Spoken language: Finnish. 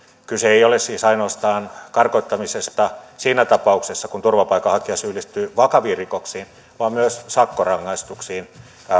kyse ei ole siis ainoastaan karkottamisesta siinä tapauksessa kun turvapaikanhakija syyllistyy vakaviin rikoksiin vaan myös sakkorangaistuksiin